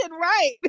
right